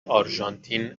آرژانتین